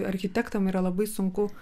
architektam yra labai sunku